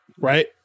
right